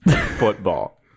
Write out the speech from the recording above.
football